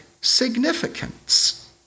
significance